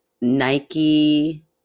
Nike